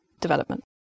development